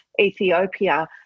Ethiopia